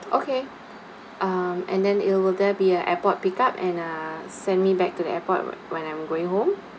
okay um and then it will there be a airport pick up and uh send me back to the airport when I'm going home